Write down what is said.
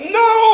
no